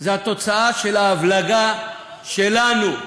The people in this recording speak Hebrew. זאת התוצאה של ההבלגה שלנו,